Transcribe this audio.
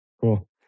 Cool